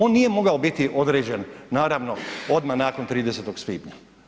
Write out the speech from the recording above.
On nije mogao biti određen, naravno odmah nakon 30. svibnja.